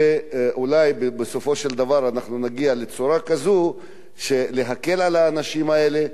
אולי בסופו של דבר נגיע לצורה כזו שנקל על האנשים האלה.